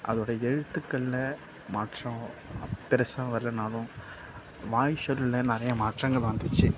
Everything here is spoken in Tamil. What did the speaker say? அதோடய எழுத்துக்களில் மாற்றம் பெரிசா வரலைனாலும் வாய்சொல்லில் நிறைய மாற்றங்கள் வந்துச்சு